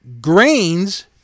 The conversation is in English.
grains